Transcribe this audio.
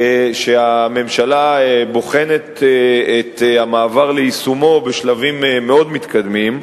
שהממשלה בוחנת את המעבר ליישומו בשלבים מאוד מתקדמים,